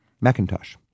Macintosh